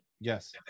Yes